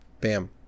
Bam